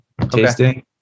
tasting